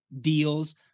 deals